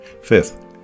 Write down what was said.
Fifth